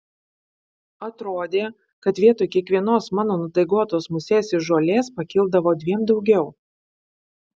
atrodė kad vietoj kiekvienos mano nudaigotos musės iš žolės pakildavo dviem daugiau